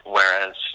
Whereas